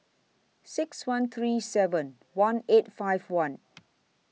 six one three seven one eight five one